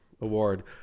award